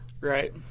Right